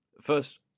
first